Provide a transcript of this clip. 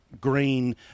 green